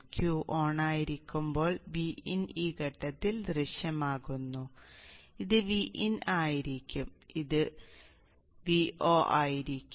Q ഓണായിരിക്കുമ്പോൾ Vin ഈ ഘട്ടത്തിൽ ദൃശ്യമാകുന്നു ഇത് Vin ആയിരിക്കും ഇത് Vo ആയിരിക്കും